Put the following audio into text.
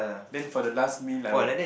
then for the last meal I would